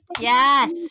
Yes